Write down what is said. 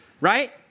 right